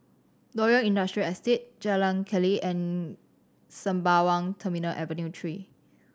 Loyang Industrial Estate Jalan Keli and Sembawang Terminal Avenue Three